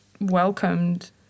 welcomed